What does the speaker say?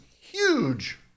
huge